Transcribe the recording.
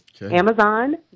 Amazon